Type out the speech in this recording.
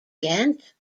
ghent